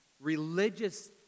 religious